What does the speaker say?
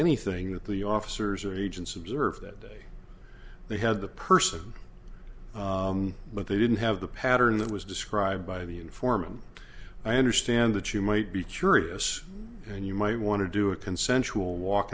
anything that the officers or agents observed that day they had the person but they didn't have the pattern that was described by the uniform i understand that you might be curious and you might want to do a consensual walk